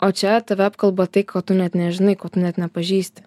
o čia tave apkalba tai ko tu net nežinai ko tu net nepažįsti